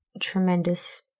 tremendous